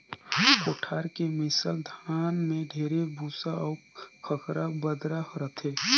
कोठार के मिसल धान में ढेरे भूसा अउ खंखरा बदरा रहथे